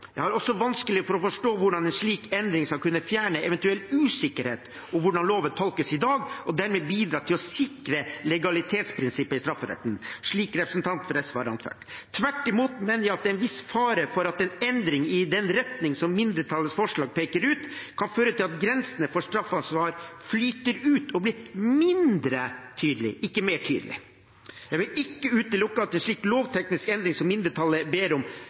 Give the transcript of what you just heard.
Jeg har også vanskelig for å forstå hvordan en slik endring skal kunne fjerne eventuell usikkerhet om hvordan loven tolkes i dag, og dermed bidra til å sikre legalitetsprinsippet i strafferetten, slik representanten fra SV har anført. Tvert imot mener jeg at det er en viss fare for at en endring i den retning som mindretallets forslag peker ut, kan føre til at grensene for straffansvar flyter ut og blir mindre tydelige, ikke mer tydelige. Jeg vil ikke utelukke at en slik lovteknisk endring som mindretallet ber om,